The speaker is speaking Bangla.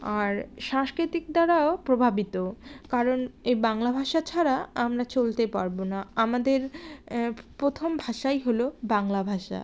আর সাংস্কৃতিক দ্বারাও প্রভাবিত কারণ এই বাংলা ভাষা ছাড়া আমরা চলতে পারব না আমাদের প্রথম ভাষাই হলো বাংলা ভাষা